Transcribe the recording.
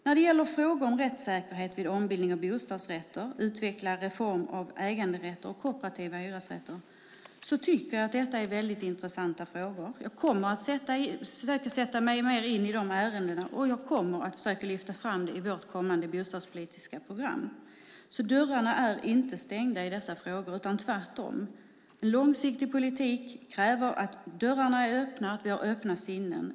När det gäller frågor om rättssäkerhet vid ombildning till bostadsrätter, utvecklad reform av äganderätter och kooperativa hyresrätter tycker jag att det är väldigt intressanta frågor. Jag kommer därför att sätta mig mer in i de ärendena och försöka lyfta fram dem i vårt kommande bostadspolitiska program. Dörrarna är inte stängda i dessa frågor, utan tvärtom. En långsiktig politik kräver att dörrarna är öppna och att vi har öppna sinnen.